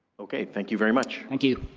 okay, thank you very much. thank you.